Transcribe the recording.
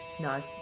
No